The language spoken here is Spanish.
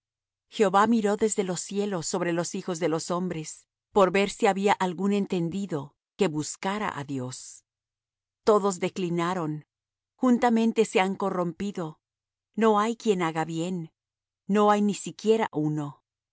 jehová miró desde los cielos sobre los hijos de los hombres por ver si había algún entendido que buscara á dios todos declinaron juntamente se han corrompido no hay quien haga bien no hay ni siquiera uno